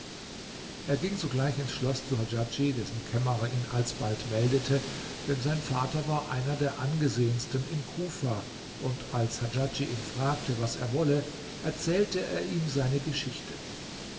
er ging sogleich ins schloß zu hadjadj dessen kämmerer ihn alsbald meldete denn sein vater war einer der angesehensten in kufa und als hadjadj ihn fragte was er wolle erzählte er ihm seine geschichte